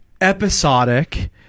episodic